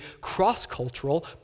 cross-cultural